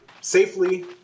safely